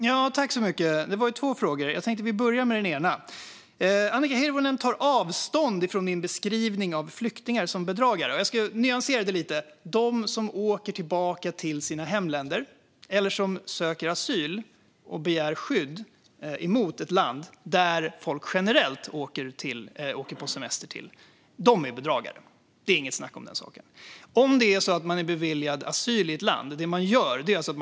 Fru talman! Det var två frågor, och jag börjar med den ena. Annika Hirvonen tar avstånd från min beskrivning av flyktingar som bedragare. Jag ska nyansera det hela lite. De som åker tillbaka till sina hemländer eller som söker asyl och begär skydd mot ett land som folk generellt åker på semester till är bedragare. Det är inget snack om saken. Om man är beviljad asyl i ett land ligger det till på följande sätt.